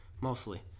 mostly